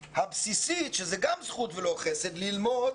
הבסיסית, שזאת גם זכות ולא חסד, ללמוד